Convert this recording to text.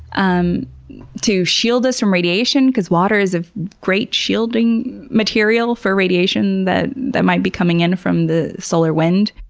um to shield us from radiation because water is a great shielding material for radiation that that might be coming in from the solar wind.